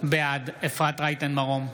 בעד אפרת רייטן מרום,